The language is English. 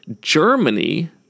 Germany